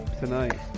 Tonight